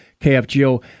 KFGO